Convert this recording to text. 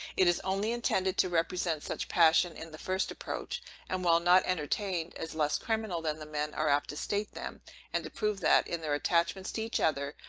it is only intended to represent such passions in the first approach and, while not entertained, as less criminal than the men are apt to state them and to prove that, in their attachments to each other,